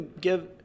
Give